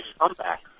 comeback